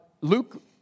Luke